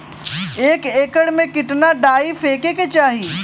एक एकड़ में कितना डाई फेके के चाही?